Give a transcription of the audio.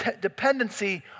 dependency